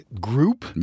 group